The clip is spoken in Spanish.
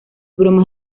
obras